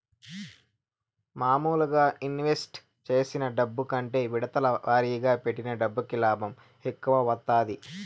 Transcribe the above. మాములుగా ఇన్వెస్ట్ చేసిన డబ్బు కంటే విడతల వారీగా పెట్టిన డబ్బుకి లాభం ఎక్కువ వత్తాది